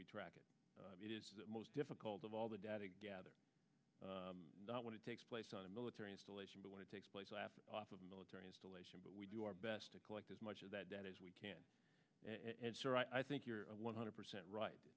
we track it it is the most difficult of all the data gathered not what it takes place on a military installation but what it takes place off of a military installation but we do our best to collect as much of that data as we can and i think you're one hundred percent right